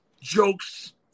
jokes